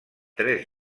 tres